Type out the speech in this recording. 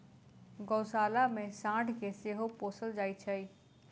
गोशाला मे साँढ़ के सेहो पोसल जाइत छै